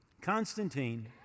Constantine